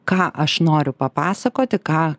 ką aš noriu papasakoti ką